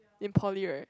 in poly right